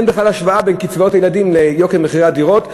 אין בכלל השוואה בין קצבאות הילדים ליוקר מחירי הדירות.